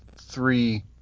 three